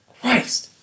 Christ